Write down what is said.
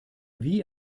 wie